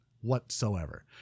whatsoever